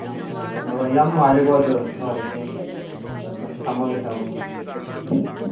ꯎꯝ ꯍꯣꯏ ꯍꯣꯏ ꯌꯥꯝ ꯅꯨꯡꯉꯥꯏꯔꯦꯀꯣ ꯑꯗꯨ ꯍꯣꯏ ꯏꯆꯦ ꯍꯣꯏ ꯍꯣꯏ ꯊꯝꯃꯒꯦ ꯊꯝꯃꯒꯦ